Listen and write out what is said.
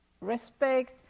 respect